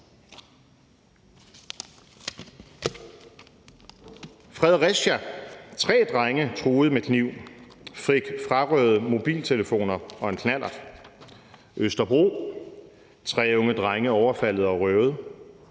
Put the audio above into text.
Fredericia: »Tre drenge truet med kniv: Fik frarøvet mobiltelefoner og en knallert«. Østerbro: »Tre unge drenge overfaldet og røvet«.